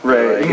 Right